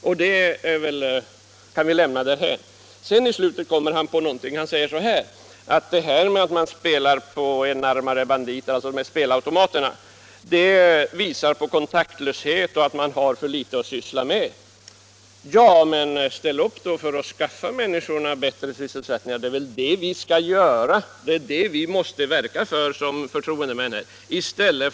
Det argumentet från herr Lövenborgs sida kan vi alltså lämna därhän. Till slut kommer han på någonting. Han säger så här: Att man spelar på spelautomater beror på kontaktlöshet och att man har för litet att syssla med. Ja, men skaffa då människorna bättre sysselsättning! Som förtroendemän måste vi verka för detta.